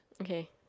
Okay